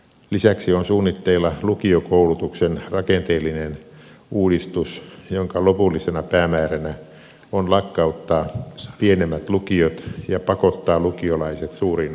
lisäksi on suunnitteilla lukiokoulutuksen rakenteellinen uudistus jonka lopullisena päämääränä on lakkauttaa pienemmät lukiot ja pakottaa lukiolaiset suuriin oppilaitoksiin